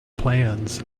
plans